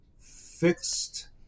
fixed